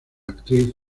actriz